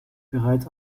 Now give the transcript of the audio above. bereits